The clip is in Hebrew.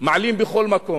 מעלים בכל מקום,